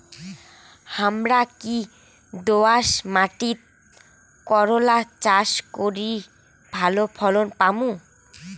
হামরা কি দোয়াস মাতিট করলা চাষ করি ভালো ফলন পামু?